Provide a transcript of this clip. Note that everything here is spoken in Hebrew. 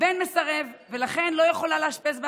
הבן מסרב ולכן לא יכולה לאשפז בהסכמה.